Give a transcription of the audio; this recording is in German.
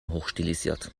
hochstilisiert